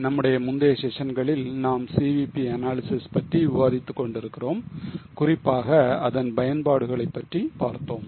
நம்முடைய முந்தைய செஷன்களில் நாம் CVP analysis பற்றி விவாதித்துக் கொண்டிருக்கிறோம் குறிப்பாக அதன் பயன்பாடுகளை பற்றியும் பார்த்தோம்